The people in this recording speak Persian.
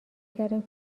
کردم